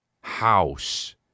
house